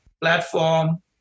platform